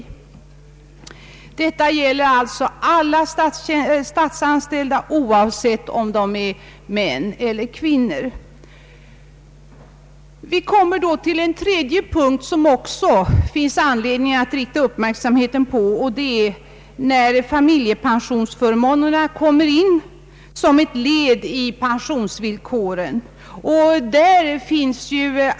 Detta gäller alltså alla statsanställda, oavsett om de är män eller kvinnor. Vi kommer då till en tredje punkt som det också finns anledning att rikta uppmärksamheten på, och det är när familjepensionsförmånerna kommer in som ett led i pensionsvillkoren.